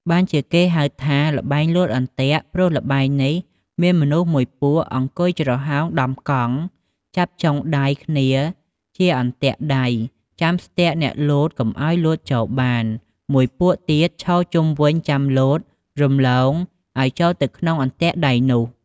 បានជាគេហៅថា ល្បែងលោតអន្ទាក់ ព្រោះល្បែងនេះមានមនុស្សមួយពួកអង្គុយ ច្រហោងដំកង់ ចាប់ចុងដៃគ្នាជាអន្លាក់ដៃ ចាំស្ទាក់អ្នកលោតកុំឲ្យលោតចូលបាន មួយពួកទៀត ឈរជុំវិញចាំលោត រំលងឲ្យចូលទៅក្នុងអន្ទាក់ដៃនោះ ។